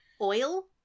oil